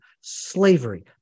slavery